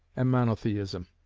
and monotheism